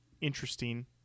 Interesting